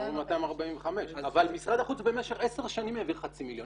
הם אומרים 245. אבל משרד החוץ במשך 10 שנים העביר חצי מיליון,